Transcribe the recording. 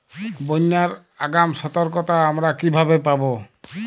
বন্যার আগাম সতর্কতা আমরা কিভাবে পাবো?